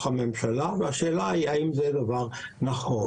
הממשלה והשאלה היא האם זה דבר נכון.